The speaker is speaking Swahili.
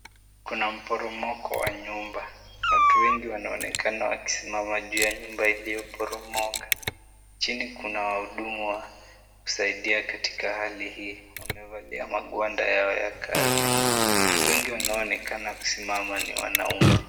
Kuna mporomoko wa nyumba. Watu wengi wanaonekana wakisimama juu ya nyumba iliyoporomoka. Chini kuna wahudumu wa kusaidia katika hali hii. Wamevalia magwanda yao ya kazi. Watu wengi wanaoonekana kusimama ni wanaume.